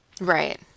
Right